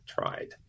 tried